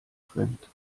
fremd